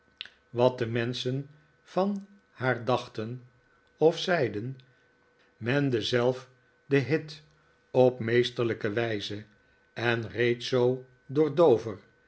wat de menschen van haar dachten of zeiden mende zelf den hit op meesterlijke wijze en reed zoo door